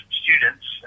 students